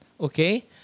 Okay